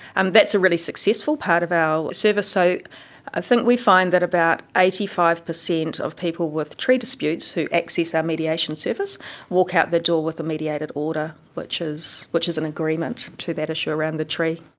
and that's a really successful part of our service. so i think we find that about eighty five percent of people with tree disputes who access our mediation service walk out the door with a mediated order, which is which is an agreement to that issue around the tree.